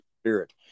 spirit